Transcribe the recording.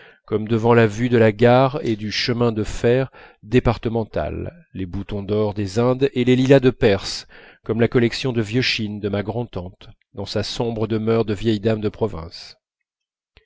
comme devant la vue de la gare et du chemin de fer départemental les boutons d'or des indes et les lilas de perse comme la collection de vieux chine de ma grand'tante dans sa sombre demeure de vieille dame de province